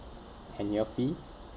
annual fee